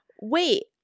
Wait